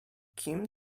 kim